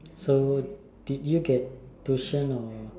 so did you get tuition or